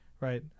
right